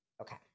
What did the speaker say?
Okay